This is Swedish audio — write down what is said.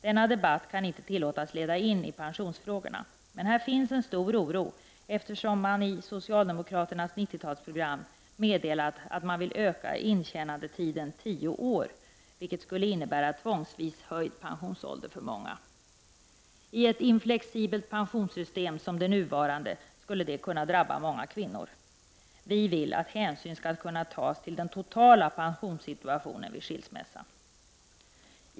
Denna debatt kan inte tillåtas leda in i pensionsfrågorna, men här finns en stor oro, eftersom man i socialdemokraternas 90-talsprogram meddelat att man vill öka intjänandetiden tio år, vilket skulle innebära tvångsvis höjd pensionsålder för många. I ett inflexibelt pensionssystem som det nuvarande skulle det kunna drabba många kvinnor. Vi vill att hänsyn skall kunna tas till den totala pensionssituationen vid skilsmässa.